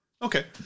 Okay